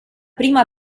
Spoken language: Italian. prima